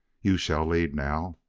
you shall lead now.